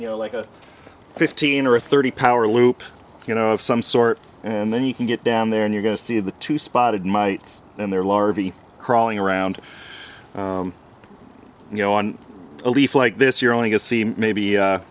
you know like fifteen or thirty power loop you know of some sort and then you can get down there and you're going to see the two spotted my and their larvae crawling around and you know on a leaf like this you're only to see maybe